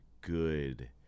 good